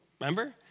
remember